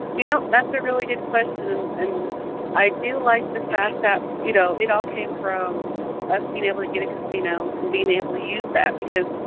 you know, that's a really good question. and i do like the fact that, you know, it all came from us being able to get a casino and being able to use that because,